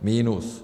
Minus.